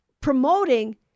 promoting